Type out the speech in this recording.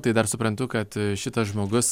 tai dar suprantu kad šitas žmogus